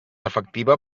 efectiva